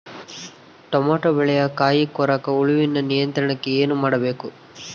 Tomato ಬೆಳೆಯ ಕಾಯಿ ಕೊರಕ ಹುಳುವಿನ ನಿಯಂತ್ರಣಕ್ಕೆ ಏನು ಮಾಡಬೇಕು?